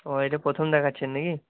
ও এটা প্রথম দেখাচ্ছেন না কি